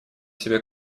себе